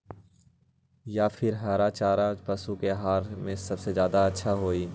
या फिर हरा चारा पशु के आहार में ज्यादा अच्छा होई?